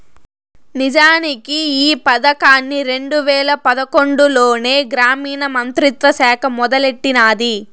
నిజానికి ఈ పదకాన్ని రెండు వేల పదకొండులోనే గ్రామీణ మంత్రిత్వ శాఖ మొదలెట్టినాది